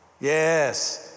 Yes